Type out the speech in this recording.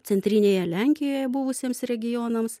centrinėje lenkijoje buvusiems regionams